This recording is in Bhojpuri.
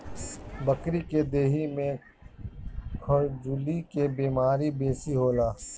बकरी के देहि में खजुली के बेमारी बेसी होला